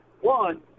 One